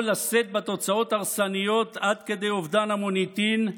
או לשאת בתוצאות הרסניות עד כדי אובדן המוניטין,